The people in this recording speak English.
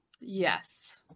Yes